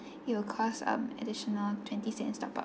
it will cost um additional twenty cents top up